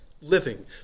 living